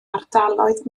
ardaloedd